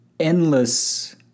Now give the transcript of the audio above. endless